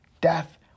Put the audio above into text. death